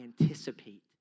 anticipate